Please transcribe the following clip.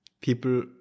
people